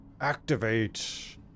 Activate